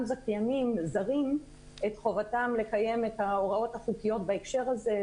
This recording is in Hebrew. זכיינים זרים את חובתם לקיים את ההוראות החוקיות בהקשר הזה,